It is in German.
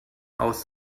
aus